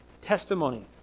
testimony